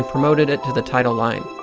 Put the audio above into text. ah promoted it to the title line.